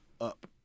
up